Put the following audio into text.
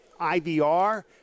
IVR